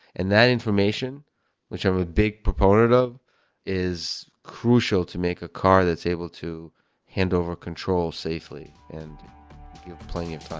and that information which have a big proponent of is crucial to make a car that's able to handover control safely and give you plenty of time.